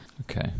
Okay